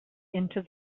into